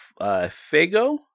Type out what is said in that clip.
Fago